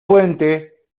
puente